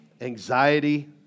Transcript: anxiety